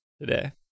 today